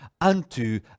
unto